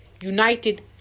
United